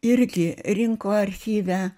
irgi rinko archyve